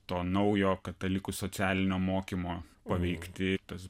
to naujo katalikų socialinio mokymo paveikti tas